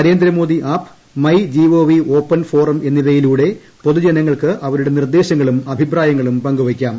Narendra Modi app my gov open forum എന്നിവയിലൂടെ പൊതുജനങ്ങൾക്ക് അവരുടെ നിർദ്ദേശങ്ങളും അഭിപ്രായങ്ങളും പങ്കുവെയ്ക്കാം